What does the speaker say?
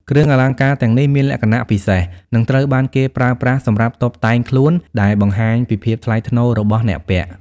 គ្រឿងអលង្ការទាំងនេះមានលក្ខណៈពិសេស និងត្រូវបានគេប្រើប្រាស់សម្រាប់តុបតែងខ្លួន ដែលបង្ហាញពីភាពថ្លៃថ្នូររបស់អ្នកពាក់។